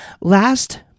Last